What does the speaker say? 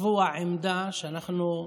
לקבוע עמדה שאנחנו,